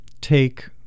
take